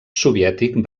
soviètic